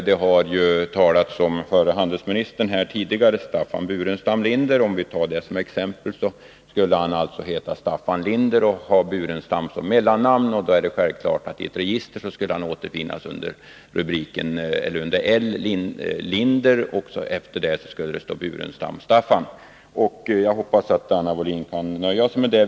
Det har tidigare talats om förre handelsministern Staffan Burenstam Linder, och vi kan ta honom som exempel. Han heter Staffan Linder och har Burenstam som mellannamn. I ett register skulle han återfinnas under Linder, varefter det skulle stå Burenstam, Staffan. Jag hoppas att Anna Wohlin-Andersson kan nöja sig med detta.